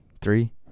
three